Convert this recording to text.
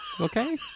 Okay